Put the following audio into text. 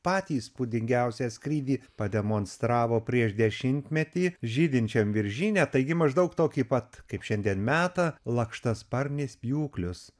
patį įspūdingiausią skrydį pademonstravo prieš dešimtmetį žydinčiam viržyne taigi maždaug tokį pat kaip šiandien metą lakštasparnis pjūklius